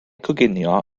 coginio